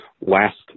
last